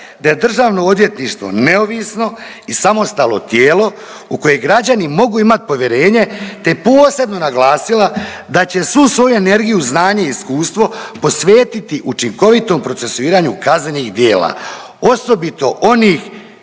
da je državno odvjetništvo neovisno i samostalno tijelo u koje građani mogu imat povjerenje te posebno naglasila da će svu svoju energiju, znanje i iskustvo posvetiti učinkovitom procesuiranju kaznenih djela, osobito onih